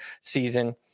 season